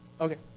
Okay